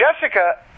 Jessica